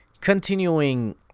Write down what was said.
Continuing